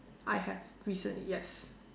I have recently yes